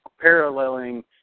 paralleling